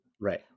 Right